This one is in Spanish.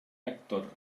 actor